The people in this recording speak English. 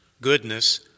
goodness